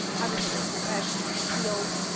obviously that i have peeled.